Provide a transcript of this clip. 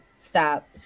Stop